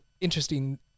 interesting